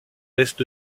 naissent